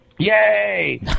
Yay